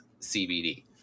cbd